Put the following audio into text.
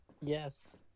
Yes